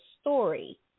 story